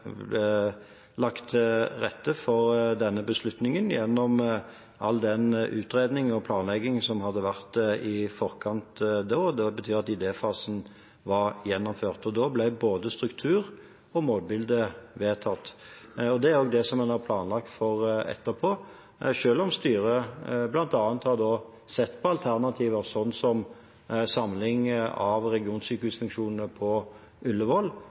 lagt til rette for denne beslutningen gjennom all den utredning og planlegging som hadde vært i forkant. Det betyr at idéfasen var gjennomført. Da ble både struktur og målbilde vedtatt. Det er også det man har planlagt for etterpå, selv om styret bl.a. har sett på alternativer som samling av regionsykehusfunksjoner på Ullevål,